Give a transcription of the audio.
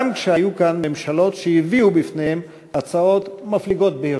גם כשהיו כאן ממשלות שהביאו בפניה הצעות מפליגות ביותר.